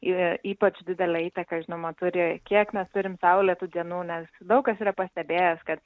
ypač didelę įtaką žinoma turi kiek mes turim saulėtų dienų nes daug kas yra pastebėjęs kad